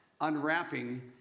unwrapping